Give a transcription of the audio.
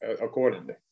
accordingly